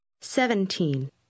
Seventeen